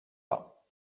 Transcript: pas